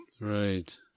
Right